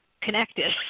connected